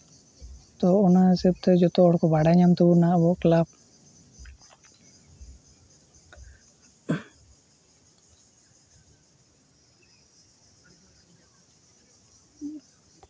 ᱛᱚ ᱚᱱᱟ ᱦᱤᱥᱟᱹᱵᱽ ᱛᱮ ᱡᱚᱛᱚ ᱦᱚᱲ ᱠᱚ ᱵᱟᱰᱟᱭ ᱧᱟᱢ ᱛᱟᱵᱚᱱᱟ ᱟᱵᱚᱣᱟᱜ ᱠᱞᱟᱵᱽ